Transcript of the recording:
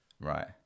Right